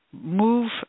move